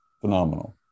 Phenomenal